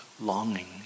longing